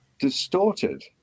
distorted